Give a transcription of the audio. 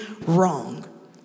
wrong